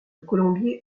colombier